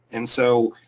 and so,